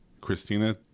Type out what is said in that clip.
Christina